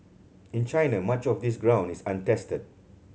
in China much of this ground is untested